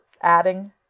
adding